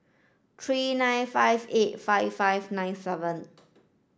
three nine five eight five five nine seven